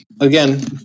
Again